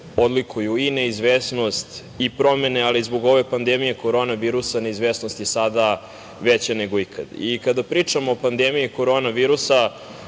odlikuju i neizvesnost i promene, ali zbog ove pandemije korona virusa neizvesnost je sada veća nego ikada. I kada pričamo o pandemiji korona virusa,